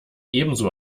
ebenso